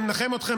אני מנחם אתכם,